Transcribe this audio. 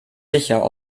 sicher